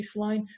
baseline